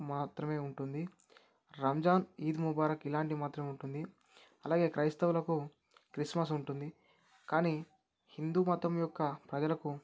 మాత్రమే ఉంటుంది రంజాన్ ఈద్ ముబారక్ ఇలాంటివి మాత్రమే ఉంటుంది అలాగే క్రైస్తవులకు క్రిస్మస్ ఉంటుంది కానీ హిందూ మతం యొక్క ప్రజలకు